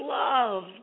love